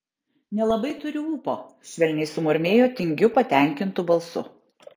nelabai turiu ūpo švelniai sumurmėjo tingiu patenkintu balsu